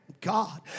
God